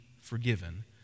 forgiven